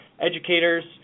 educators